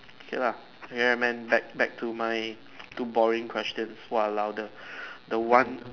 okay lor ya man back back to my two boring questions walao the the one